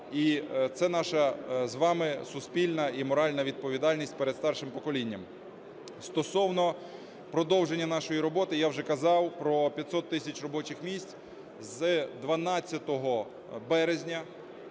це наша з вами суспільна і моральна відповідальність перед старшим поколінням. Стосовно продовження нашої роботи. Я вже казав про 500 тисяч робочих місць. З 12 березня